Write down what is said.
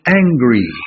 angry